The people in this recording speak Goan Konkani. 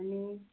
आनी